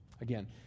Again